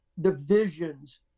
divisions